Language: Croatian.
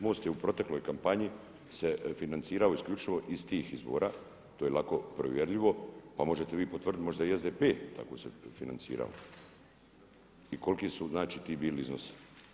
MOST se u protekloj kampanji financirao isključivo iz tih izvora, to je lako provjerljivo, pa možete vi potvrditi možda je i SDP tako se financirao i koliki su znači ti bili iznosi.